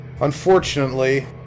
unfortunately